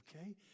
Okay